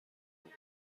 کنیم